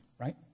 right